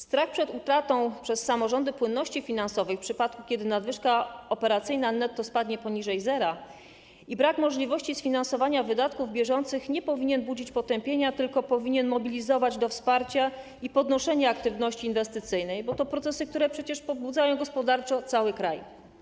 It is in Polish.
Strach przed utratą przez samorządy płynności finansowej w przypadku, gdy nadwyżka operacyjna netto spadnie poniżej zera, i brakiem możliwości sfinansowania wydatków bieżących nie powinien budzić potępienia, tylko powinien mobilizować do wsparcia i podnoszenia aktywności inwestycyjnej, bo to procesy, które przecież pobudzają gospodarczo cały kraj.